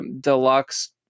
deluxe